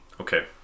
Okay